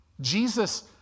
Jesus